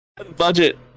Budget